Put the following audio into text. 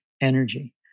energy